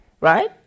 right